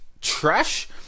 trash